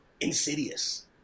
insidious